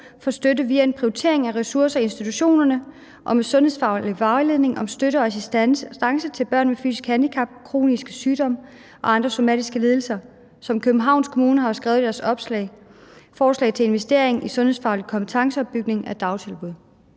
for støtte via en prioritering af ressourcer i institutionerne og med sundhedsfaglig vejledning om støtte og assistance til børn med fysisk handicap, kroniske sygdomme og andre somatiske ledelser – sådan som Københavns Kommune har skrevet i deres opslag om forslag til investering i sundhedsfaglig kompetenceopbygning af dagtilbud?